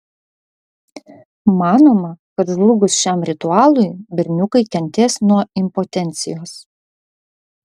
manoma kad žlugus šiam ritualui berniukai kentės nuo impotencijos